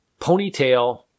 Ponytail